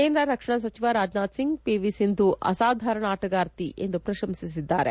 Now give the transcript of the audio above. ಕೇಂದ್ರ ರಕ್ಷಣಾ ಸಚಿವ ರಾಜನಾಥ್ಸಿಂಗ್ ಪಿವಿ ಸಿಂಧು ಅಸಾಧಾರಣ ಆಟಗಾರ್ತಿ ಎಂದು ಪ್ರಶಂಸಿಸಿದ್ದಾರೆ